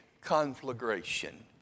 conflagration